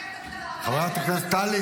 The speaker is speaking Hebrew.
שתסתכל על הרגליים שלי --- חברת הכנסת טלי,